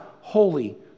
holy